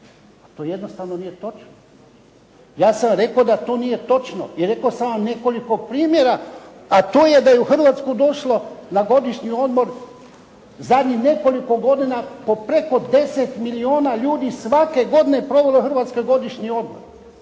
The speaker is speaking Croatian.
To jednostavno nije točno. Ja sam rekao da to nije točno i rekao sam vam nekoliko primjera, a to je da je u Hrvatsku došlo na godišnji odmor zadnjih nekoliko godina po preko 10 milijuna ljudi svake godine provelo u Hrvatskoj godišnji odmor.